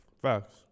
Facts